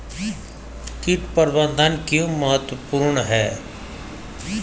कीट प्रबंधन क्यों महत्वपूर्ण है?